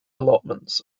allotments